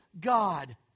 God